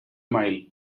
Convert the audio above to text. mile